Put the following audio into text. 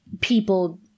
people